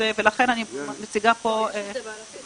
ולכן אני מציגה פה --- יש את זה בערבית,